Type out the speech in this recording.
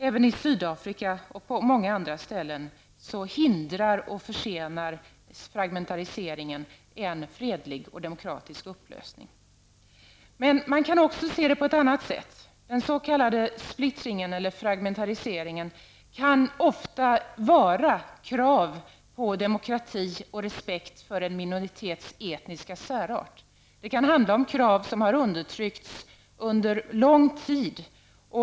Även i Sydafrika och på många andra ställen hindrar och försenar fragmentariseringen en fredlig och demokratisk lösning. Man kan också se detta på ett annat sätt. Den s.k. splittringen eller fragmentariseringen kan ofta bestå i krav på demokrati och respekt för en minoritets etniska särart. Det kan handla om krav som har undertryckts under lång tid.